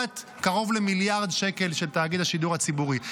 לעומת קרוב למיליארד שקל של תאגיד השידור הציבורי.